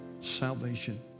salvation